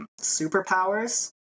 superpowers